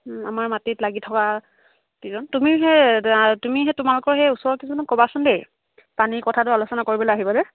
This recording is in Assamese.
আমাৰ মাটিত লাগি থকাকেইজন তুমি সেই আ তুমি সেই তোমালোকৰ সেই ওচৰৰকেইজনক ক'বাচোন দেই পানীৰ কথাটো আলোচনা কৰিবলৈ আহিব যে